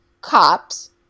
cops